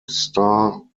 star